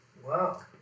Wow